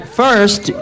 first